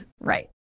Right